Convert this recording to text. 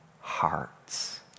hearts